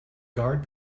guard